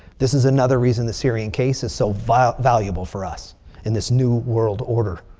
this is another reason the syrian cases so valuable valuable for us in this new world order.